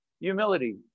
humility